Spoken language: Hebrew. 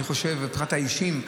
מבחינת האישיות,